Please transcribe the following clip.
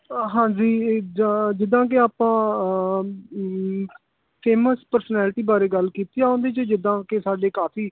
ਅ ਹਾਂਜੀ ਜਾਂ ਜਿੱਦਾਂ ਕਿ ਆਪਾਂ ਫੇਮਸ ਪਰਸਨੈਲਿਟੀ ਬਾਰੇ ਗੱਲ ਕੀਤੀ ਆ ਉਹਦੇ 'ਚ ਜਿੱਦਾਂ ਕਿ ਸਾਡੇ ਕਾਫ਼ੀ